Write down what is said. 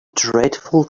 dreadful